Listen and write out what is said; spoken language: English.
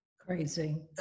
Crazy